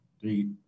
three